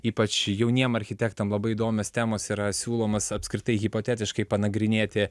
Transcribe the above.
ypač jauniem architektam labai įdomios temos yra siūlomos apskritai hipotetiškai panagrinėti